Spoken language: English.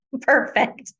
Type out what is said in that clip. Perfect